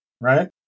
right